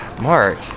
Mark